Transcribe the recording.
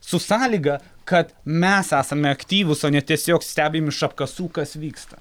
su sąlyga kad mes esame aktyvūs o ne tiesiog stebim iš apkasų kas vyksta